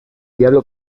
diablo